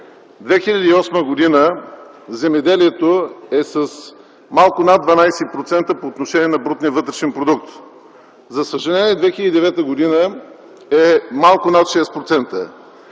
2008 г. земеделието е с малко над 12% по отношение на брутния вътрешен продукт. За съжаление, през 2009 г. е малко над 6%,